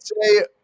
say